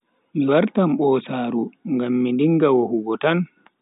Mi wartan bosaaru ngam mi dinga wohugo tan.